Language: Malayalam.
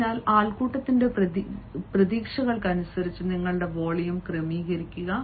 അതിനാൽ ആൾക്കൂട്ടത്തിന്റെ പ്രതീക്ഷകൾക്കനുസരിച്ച് നിങ്ങളുടെ വോളിയം ക്രമീകരിക്കുക